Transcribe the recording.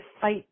fight